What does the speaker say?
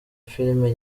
filime